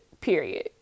period